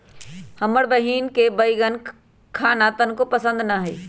हमर बहिन के बईगन खाना तनको पसंद न हई